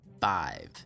five